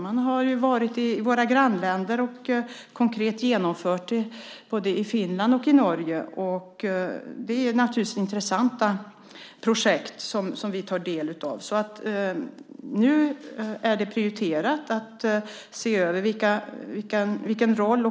Man har varit i våra grannländer och konkret genomfört sådant här i både Finland och Norge. Det är intressanta projekt som vi naturligtvis tar del av. Nu är det prioriterat att se över statens roll